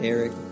Eric